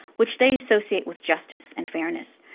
which they associate with justice and fairness.